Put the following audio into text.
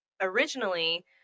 Originally